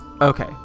Okay